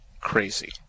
crazy